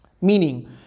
Meaning